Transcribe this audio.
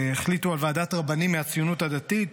החליטו על ועדת רבנים מהציונות הדתית,